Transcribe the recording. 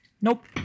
Nope